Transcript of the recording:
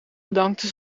bedankte